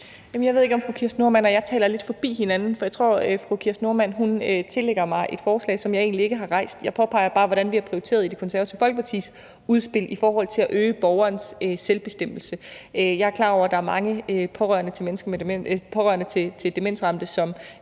Jeg ved ikke, om fru Kirsten Normann Andersen og jeg taler lidt forbi hinanden, for jeg tror, fru Kirsten Normann Andersen tillægger mig et forslag, som jeg egentlig ikke har rejst. Jeg påpeger bare, hvordan vi har prioriteret i Det Konservative Folkepartis udspil i forhold til at øge borgernes selvbestemmelse. Jeg er klar over, at der er mange pårørende til demensramte, som